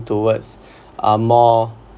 towards a more